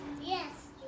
Yes